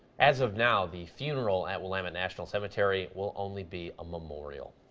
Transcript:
as of now, the funeral at willamette national cemetery will only be a memorial.